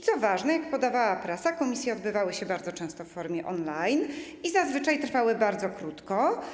Co ważne, jak podawała prasa, posiedzenia komisji odbywały się bardzo często w formie on-line i zazwyczaj trwały bardzo krótko.